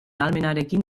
ahalmenarekin